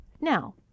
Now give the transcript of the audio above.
Now